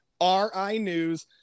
RInews